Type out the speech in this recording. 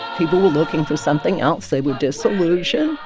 people were looking for something else. they were disillusioned.